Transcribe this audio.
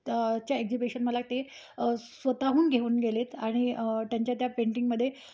त्या च्या एक्झिबिशन मला ते स्वतःहून घेऊन गेलेत आणि त्यांच्या त्या पेंटिंगमध्ये